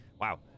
Wow